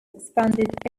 expanded